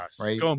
right